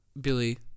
Billy